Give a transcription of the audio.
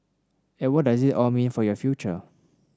and what does it all mean for your future